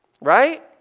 Right